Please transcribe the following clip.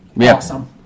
awesome